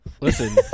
Listen